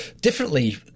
differently